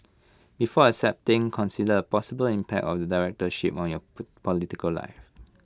before accepting consider possible impact of the directorship on your political life